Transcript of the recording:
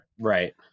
Right